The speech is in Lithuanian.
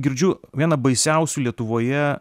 girdžiu vieną baisiausių lietuvoje